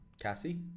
Cassie